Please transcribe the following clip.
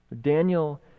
Daniel